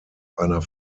einer